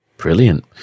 Brilliant